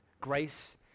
grace